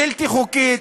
בלתי חוקית,